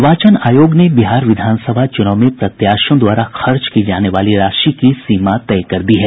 निर्वाचन आयोग ने बिहार विधान सभा चुनाव में प्रत्याशियों द्वारा खर्च की जाने वाली राशि की सीमा तय कर दी है